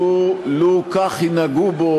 לו כך ינהגו בו,